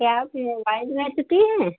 क्या आप मोबाईल बेचती हैं